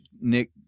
Nick